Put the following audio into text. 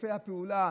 שיתופי הפעולה,